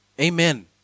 Amen